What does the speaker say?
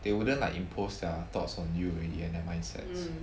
they wouldn't like imposed their thoughts on you already and their mindsets